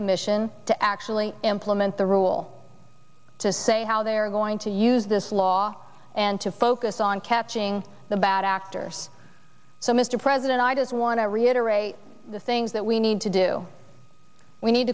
commission to actually implement the rule to say how they're going to use this law and to focus on catching the bad actors so mr president i just want to reiterate the things that we need to do we need